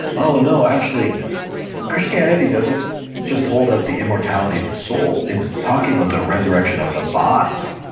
oh no, actually christianity doesn't just hold out the immortality of the soul. it's talking about the resurrection of the body.